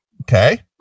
Okay